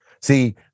See